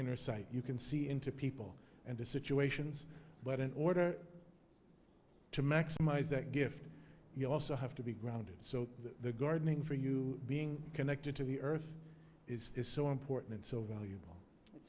inner sight you can see into people and the situations but in order to maximize that gift you also have to be grounded so the gardening for you being connected to the earth is so important and so valuable i